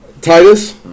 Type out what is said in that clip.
Titus